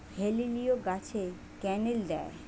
হেলিলিও গাছে ক্যানেল দেয়?